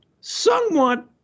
somewhat